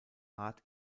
art